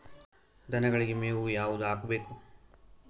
ದನಗಳಿಗೆ ಮೇವು ಯಾವುದು ಹಾಕ್ಬೇಕು?